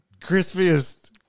crispiest